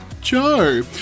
Joe